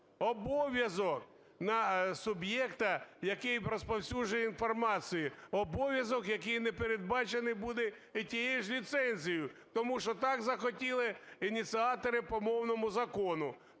обов'язок на суб'єкта, який розповсюджує інформацію". Обов'язок, який не передбачений буде і тією ж ліцензією, тому що так захотіли ініціатори по мовному закону.